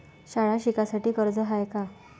शाळा शिकासाठी कर्ज हाय का?